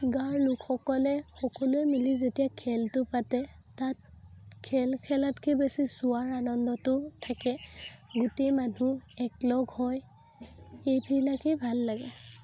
গাঁৱৰ লোকসকলে সকলোৱে মিলি যেতিয়া খেলটো পাতে তাত খেল খেলাতকৈ বেছি চোৱাৰ আনন্দটো থাকে গোটেই মানুহ একলগ হৈ এইবিলাকেই ভাল লাগে